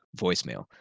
voicemail